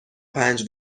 پنج